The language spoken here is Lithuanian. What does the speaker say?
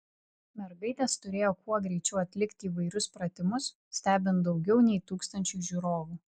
mergaitės turėjo kuo greičiau atlikti įvairius pratimus stebint daugiau nei tūkstančiui žiūrovų